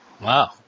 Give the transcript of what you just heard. Wow